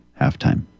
halftime